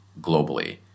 globally